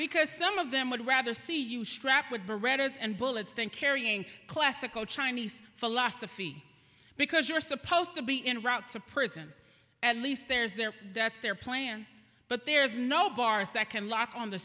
because some of them would rather see you shrapnel berettas and bullets think carrying classical chinese philosophy because you're supposed to be in route to prison at least there's there that's their plan but there's no bars that can lock on the